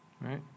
Right